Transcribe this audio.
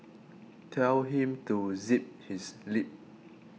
tell him to zip his lip